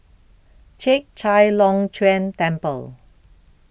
Chek Chai Long Chuen Temple